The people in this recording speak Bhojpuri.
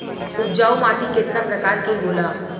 उपजाऊ माटी केतना प्रकार के होला?